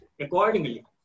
accordingly